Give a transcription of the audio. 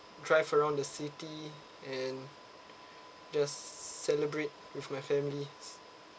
drive around the city and just celebrate with my families